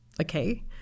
Okay